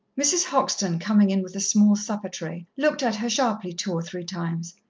mrs. hoxton, coming in with the small supper-tray, looked at her sharply two or three times,